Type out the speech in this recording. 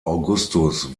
augustus